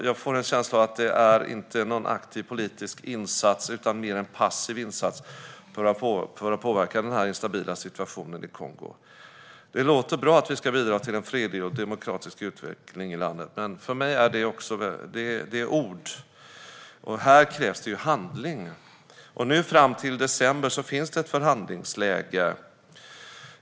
Jag får en känsla av att det inte sker någon aktiv politisk insats utan mer en passiv insats för att påverka den instabila situationen i Kongo. Det låter bra att vi ska bidra till en fredlig och demokratisk utveckling i landet, men för mig är det mest ord. Här krävs handling. Fram till december finns ett förhandlingsläge.